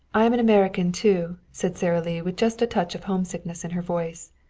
i am an american, too, said sara lee with just a touch of homesickness in her voice.